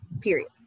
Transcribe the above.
period